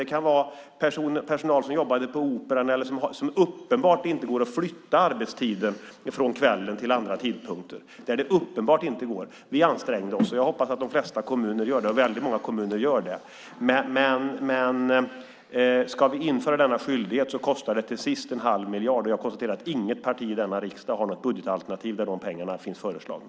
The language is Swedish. Det kunde vara personal som jobbade på Operan och som uppenbart inte kunde flytta sin arbetstid från kvällen till andra tider. Vi ansträngde oss, och jag hoppas att de flesta kommuner gör det. Väldigt många gör det, men ska vi införa denna skyldighet kostar det till sist en halv miljard, och jag konstaterar att inget parti i denna riksdag har något budgetalternativ där de pengarna finns föreslagna.